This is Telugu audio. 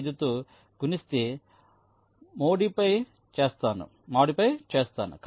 95 తో గుణిస్తే మోడిఫై చేస్తాను